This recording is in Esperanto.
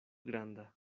granda